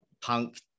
punk